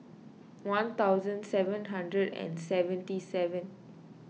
one thousand seven hundred and seventy seven